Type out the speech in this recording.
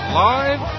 live